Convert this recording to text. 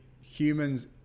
humans